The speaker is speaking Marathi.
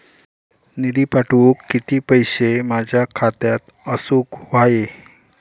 निधी पाठवुक किती पैशे माझ्या खात्यात असुक व्हाये?